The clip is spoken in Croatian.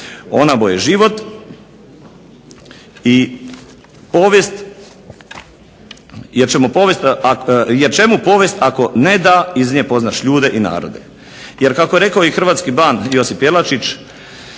Ona je život i povijest, jer čemu povijest ako ne da iz nje poznaš ljude i narode". Jer kako je rekao i hrvatski ban Josip Jelačić